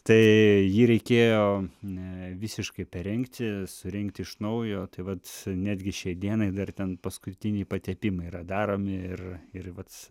tai jį reikėjo na visiškai perrengti surinkti iš naujo tai vat netgi šiai dienai dar ten paskutiniai patepimai yra daromi ir ir pats